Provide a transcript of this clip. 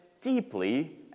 deeply